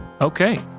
Okay